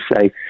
say